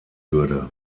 würde